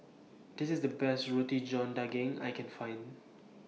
This IS The Best Roti John Daging I Can fint